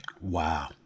Wow